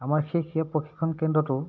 আমাৰ সেই ক্ৰীড়া প্ৰশিক্ষণ কেন্দ্ৰটো